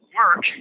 work